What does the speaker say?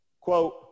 quote